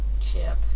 Chip